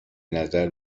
نظر